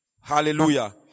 Hallelujah